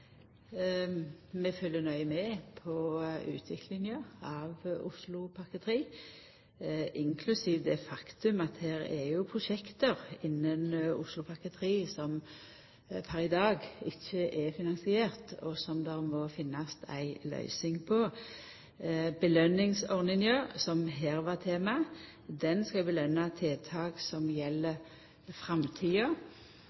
Vi følgjer nøye med på utviklinga av Oslopakke 3, inklusiv det faktum at det jo er prosjekt innanfor Oslopakke 3 som pr. i dag ikkje er finansierte, og som det må finnast ei løysing på. Belønningsordninga, som her er tema, skal belønna tiltak som